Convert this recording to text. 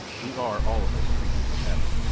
we are, all of us, creatures of habit,